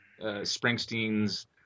springsteen's